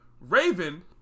Raven